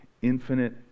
infinite